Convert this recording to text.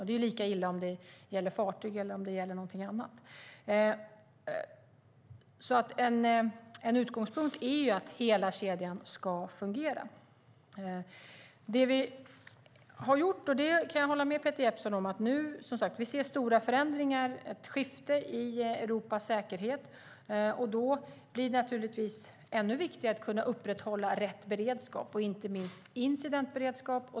Det är lika illa om det gäller fartyg eller om det gäller någonting annat. En utgångspunkt är att hela kedjan ska fungera. Jag kan hålla med Peter Jeppsson om att vi nu ser stora förändringar och ett skifte i Europas säkerhet. Då blir det naturligtvis ännu viktigare att kunna upprätthålla rätt beredskap, inte minst incidentberedskap.